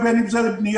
ובין אם זה לבנייה,